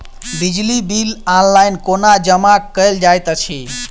बिजली bill online कोना जमा कएल जाइत अछि?